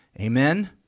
Amen